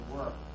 work